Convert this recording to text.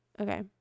Okay